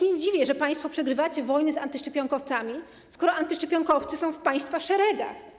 Nie dziwię się, że państwo przegrywacie wojnę z antyszczepionkowcami, skoro antyszczepionkowcy są w państwa szeregach.